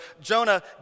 Jonah